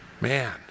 man